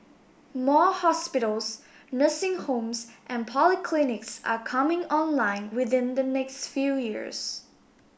more hospitals nursing homes and polyclinics are coming online within the next few years